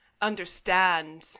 understand